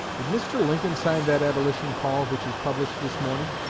did mr. lincoln sign that abolition call which is published this morning